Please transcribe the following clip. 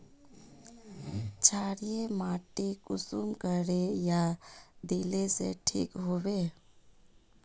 क्षारीय माटी कुंसम करे या दिले से ठीक हैबे?